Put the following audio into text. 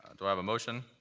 and do i have a motion?